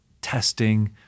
testing